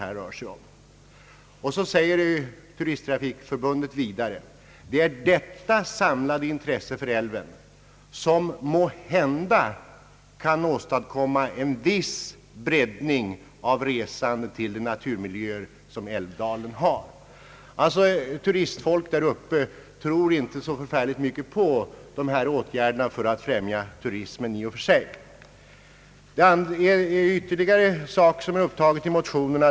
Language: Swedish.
Vidare säger Turisttrafikförbundet: »Det är detta samlande intresse för älven ——— som måhända kan åstadkomma en viss breddning av resande till de naturmiljöer som älvdalen har.» Turistfolk där uppe tror således inte så mycket på att dessa åtgärder kan främja turismen. Ytterligare en sak har upptagits i motionerna.